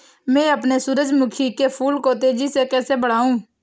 मैं अपने सूरजमुखी के फूल को तेजी से कैसे बढाऊं?